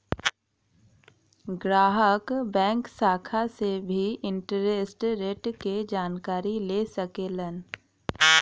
ग्राहक बैंक शाखा से भी इंटरेस्ट रेट क जानकारी ले सकलन